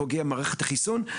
פוגע במערכת החיסון,